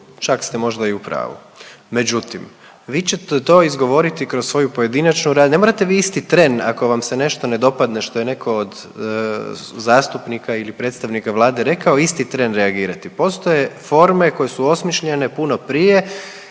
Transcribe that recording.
čak ste možda i u pravu međutim vi ćete to izgovoriti kroz svoju pojedinačnu raspravu. Ne morate vi isti tren ako vam se nešto ne dopadne što je netko od zastupnika ili predstavnika Vlade rekao, isti tren reagirati. Postoje forme koje su osmišljene puno prije,